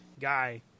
guy